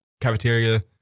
cafeteria